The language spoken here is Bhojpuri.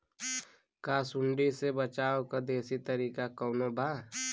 का सूंडी से बचाव क देशी तरीका कवनो बा?